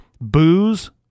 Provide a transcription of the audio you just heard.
booze